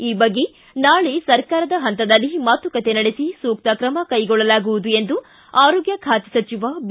ಈ ಬಗ್ಗೆ ನಾಳೆ ಸರ್ಕಾರದ ಹಂತದಲ್ಲಿ ಮಾತುಕತೆ ನಡೆಸಿ ಸೂಕ್ತ ತ್ರಮ ಕೈಗೊಳ್ಳಲಾಗುವುದು ಎಂದು ಆರೋಗ್ಯ ಖಾತೆ ಸಚಿವ ಬಿ